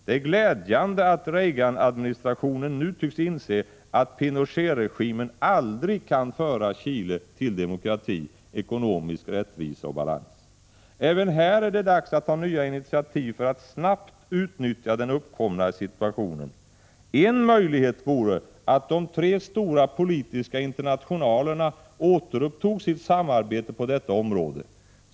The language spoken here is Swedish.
Det är glädjande att Reaganadministrationen nu tycks inse att Pinochetregimen aldrig kan föra Chile till demokrati, ekonomisk rättvisa och balans. Även här är det dags att ta nya initiativ för att snabbt utnyttja den uppkomna situationen. En möjlighet vore att de tre stora politiska internationalerna återupptog sitt samarbete på detta område.